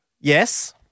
yes